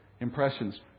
impressions